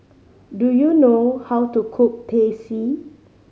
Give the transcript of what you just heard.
do you know how to cook Teh C